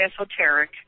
esoteric